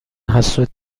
حسود